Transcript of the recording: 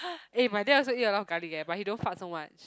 eh my dad also eat a lot of garlic eh but he don't fart so much